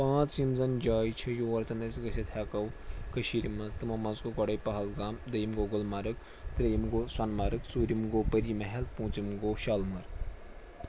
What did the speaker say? پانٛژھ یِم زَن جایہِ چھِ یور زَن أسۍ گٔژھِتھ ہٮ۪کو کٔشیٖرِ منٛز تِمو منٛز گوٚو گۄڈے پہلگام دوٚیِم گوٚو گُلمرگ ترٛیٚیِم گوٚو سۄنہٕ مَرگ ژوٗرِم گوٚو پٔری محل پانٛژِم گوٚو شالمٲر